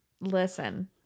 listen